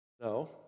No